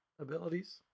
abilities